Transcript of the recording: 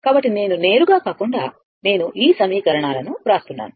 కాబట్టి నేను నేరుగా కాకుండా నేను ఈ సమీకరణాలను వ్రాస్తున్నాను